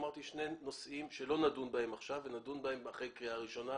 אמרתי שני נושאים שלא נדון בהם עכשיו אלא נדון בהם אחרי קריאה ראשונה,